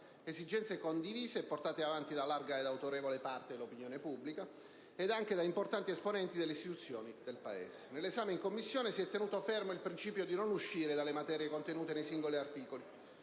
esigenze condivise e portate avanti da larga ed autorevole parte dell'opinione pubblica ed anche da importanti esponenti delle istituzioni del Paese. Nell'esame in Commissione si è tenuto fermo il principio di non uscire dalle materie contenute nei singoli articoli,